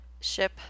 ship